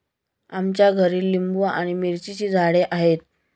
आमच्या घरी लिंबू आणि मिरचीची झाडे आहेत